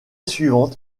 suivante